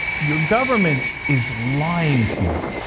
your government is lying to you.